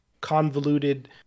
convoluted